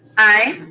aye.